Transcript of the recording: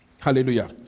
Hallelujah